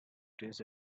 days